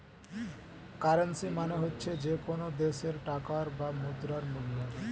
currency মানে হচ্ছে যে কোনো দেশের টাকার বা মুদ্রার মূল্য